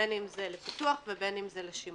בין אם זה לפיתוח ובין אם זה לשימור.